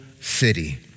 city